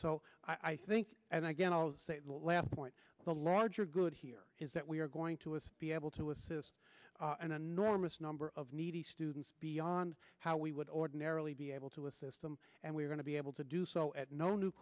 so i think and again i will say last point the larger good here is that we are going to us be able to assist an enormous number of needy students beyond how we would ordinarily be able to assist them and we're going to be able to do so at no new